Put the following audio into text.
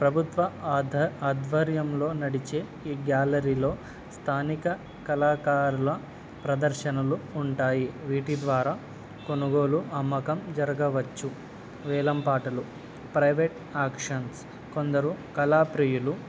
ప్రభుత్వ ఆధ ఆధ్వర్యంలో నడిచే ఈ గ్యాలరీలో స్థానిక కళాకారుల ప్రదర్శనలు ఉంటాయి వీటి ద్వారా కొనుగోలు అమ్మకం జరగవచ్చు వేలంపాటలు ప్రైవేట్ యాక్షన్స్ కొందరు కళాప్రియలు